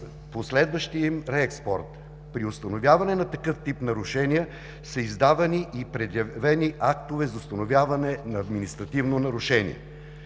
последващия им реекспорт. При установяване на такъв тип нарушения са издавани и предявени актове за установяване на административно нарушение.